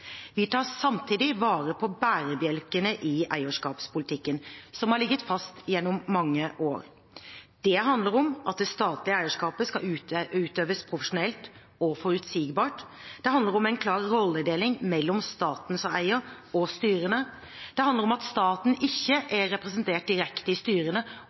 Vi tar samtidig vare på bærebjelkene i eierskapspolitikken, som har ligget fast gjennom mange år: Det handler om at det statlige eierskapet skal utøves profesjonelt og forutsigbart. Det handler om en klar rolledeling mellom staten som eier og styrene. Det handler om at staten ikke er representert direkte i styrene